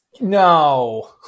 No